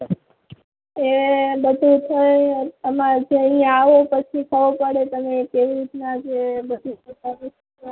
એ બધું થઇને તમારે અહીંયા આવો પછી ખબર પડે તમે કેવી રીતના જે બધું જ સર્વિસ લેવા માગો છે